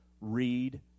read